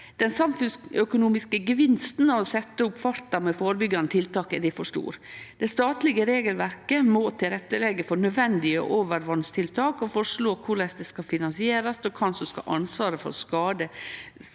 Den samfunnsøkonomiske gevinsten av å setje opp farta med førebyggjande tiltak er difor stor. Det statlege regelverket må leggje til rette for nødvendige overvasstiltak og føreslå korleis det skal finansierast, og kven som skal ha ansvaret for skade